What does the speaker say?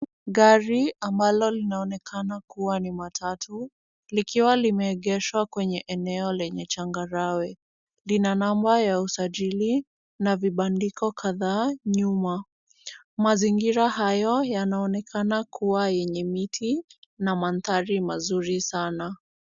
Gari ambalo linaonekana kuwa ni matatu, likiwa limeegeshwa kwenye eneo lenye changarawe. Lina namba ya usajili na vibandiko kadhaa nyuma. Mazingira hayo yanaonekana kuwa yenye miti na manthari mazuri sana.